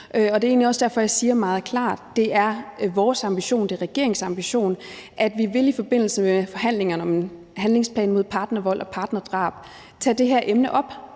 også derfor, jeg siger meget klart, at det er vores ambition, og det er regeringens ambition, at vi i forbindelse med forhandlingerne om en handlingsplan mod partnervold og partnerdrab vil tage det her emne op